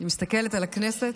אני מסתכלת על הכנסת.